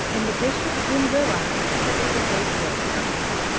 and the bishop then realized that they were gabriel hounds.